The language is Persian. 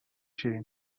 شیرین